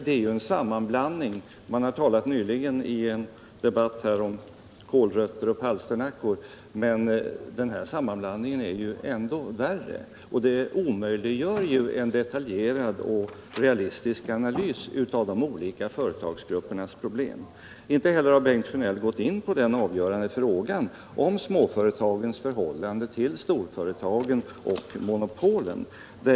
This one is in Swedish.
Det har nyligen i en debatt talats om kålrötter och palsternackor, men den här sammanblandningen är ännu värre. Den omöjliggör en detaljerad och realistisk analys av de olika företagsgruppernas problem. Inte heller har Bengt Sjönell gått in på den avgörande frågan om småföretagens förhållande till storföretagen och monopolen.